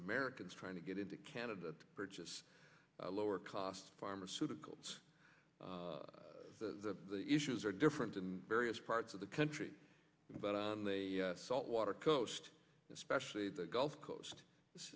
americans trying to get into canada to purchase lower cost pharmaceuticals the issues are different in various parts of the country but on the salt water coast especially the gulf coast this